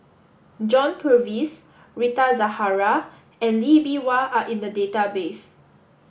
John Purvis Rita Zahara and Lee Bee Wah are in the database